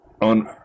on